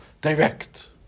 direct